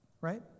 Right